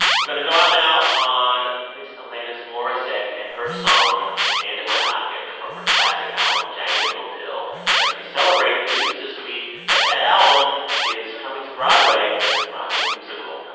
we're going to go out now on ms. alanis morissette and her song hand in my pocket from her classic album jagged little pill as we celebrate the news this week that that album is coming to broadway as a broadway musical. um